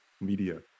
media